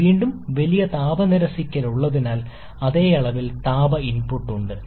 diesel സൈക്കിളിനായി നിങ്ങളുടെ പ്രദേശം ഇതാണ് അതിനാൽ ഡീസലിനായുള്ള ക്വ out ട്ട് ഓട്ടോയ്ക്കുള്ള ക്വൌട്ടിനേക്കാൾ വലുതാണ്